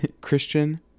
Christian